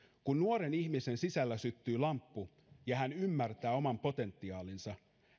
kun nuoren ihmisen sisällä syttyy lamppu ja hän ymmärtää oman potentiaalinsa